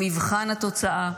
במבחן התוצאה,